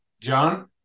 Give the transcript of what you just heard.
John